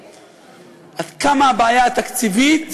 עד כמה הבעיה התקציבית